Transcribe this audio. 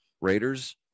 Raiders